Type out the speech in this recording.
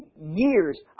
years